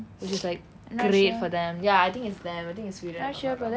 which is like great for them ya I think it's them I think it's sweden